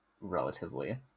relatively